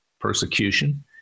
persecution